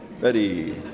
Ready